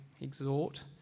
exhort